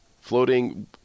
floating